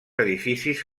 edificis